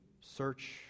search